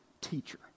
teacher